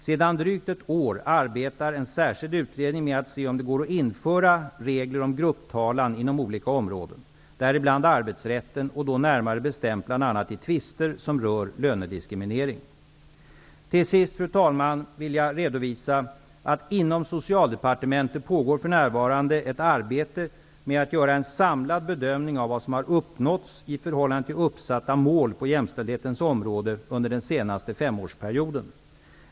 Sedan drygt ett år arbetar en särskild utredning med att se om det går att införa regler om grupptalan inom olika områden, däribland arbetsrätten och då närmare bestämt bl.a. i tvister som rör lönediskriminering. Till sist, fru talman, vill jag redovisa att inom Socialdepartementet pågår för närvarande ett arbete med att göra en samlad bedömning av vad som uppnåtts i förhållande till uppsatta mål på jämställdhetens område under den senaste femårsperioden.